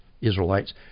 Israelites